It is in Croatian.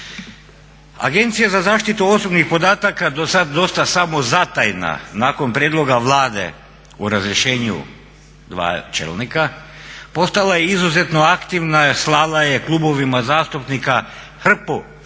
Agencija za zaštitu osobnih podataka dosad dosta samozatajna, nakon prijedloga Vlade o razrješenju dva čelnika, postala je izuzetno aktivna, slala je klubovima zastupnika hrpu papira